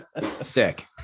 Sick